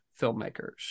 filmmakers